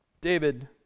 David